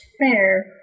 Fair